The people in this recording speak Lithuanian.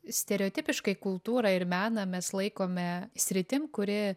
stereotipiškai kultūrą ir meną mes laikome sritim kuri